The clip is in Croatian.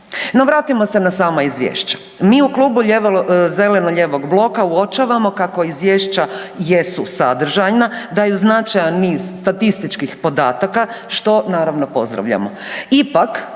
vratimo se na sama izvješća. Mi u klubu zeleno-lijevog uočavamo kako izvješća jesu sadržajna, da je značajan niz statističkih podataka, što naravno pozdravljamo.